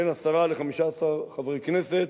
בין עשרה ל-15 חברי כנסת